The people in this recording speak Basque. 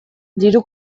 diru